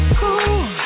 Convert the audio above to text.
cool